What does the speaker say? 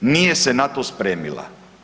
Nije se na to spremila.